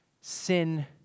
sin